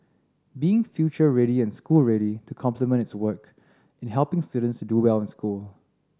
being future ready and school ready to complement its work in helping students to do well in school